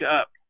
up